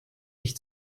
ich